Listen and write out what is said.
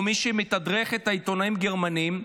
או מי שמתדרך את העיתונאים הגרמנים,